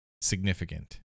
significant